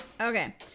okay